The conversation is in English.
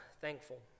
thankful